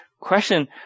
question